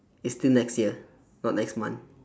it's still next year not next month